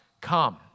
come